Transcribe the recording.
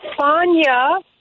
Fanya